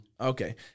Okay